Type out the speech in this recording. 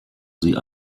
sie